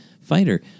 fighter